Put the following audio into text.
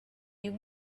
you